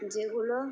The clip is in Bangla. যেগুলো